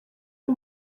y’i